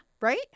right